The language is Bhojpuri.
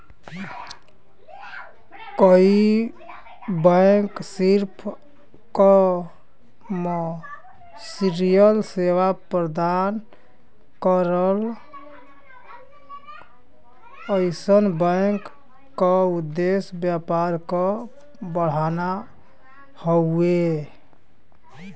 कई बैंक सिर्फ कमर्शियल सेवा प्रदान करलन अइसन बैंक क उद्देश्य व्यापार क बढ़ाना हउवे